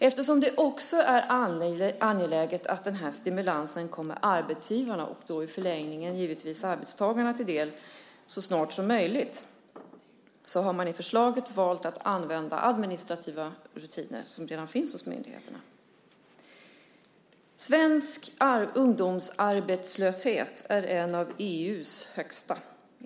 Eftersom det också är angeläget att denna stimulans kommer arbetsgivarna och i förlängningen givetvis arbetstagarna till del så snart som möjligt har man i förslaget valt att använda administrativa rutiner som redan finns hos myndigheterna. Svensk ungdomsarbetslöshet är en av EU:s högsta.